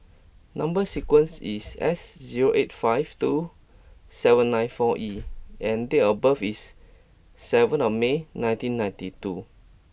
number sequence is S zero eight five two seven nine four E and date of birth is seven of May nineteen ninety two